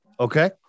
Okay